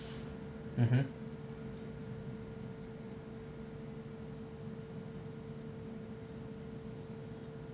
mmhmm